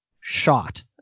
shot